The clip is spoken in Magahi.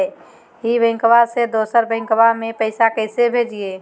ई बैंकबा से दोसर बैंकबा में पैसा कैसे भेजिए?